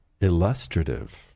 illustrative